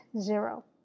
zero